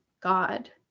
God